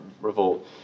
revolt